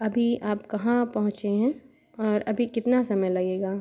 अभी आप कहाँ पहुँचे हैं और अभी कितना समय लगेगा